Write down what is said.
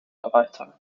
erweitern